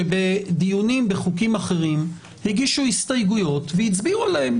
שבדיונים בחוקים אחרים הגישו הסתייגויות והצביעו עליהם.